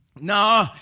No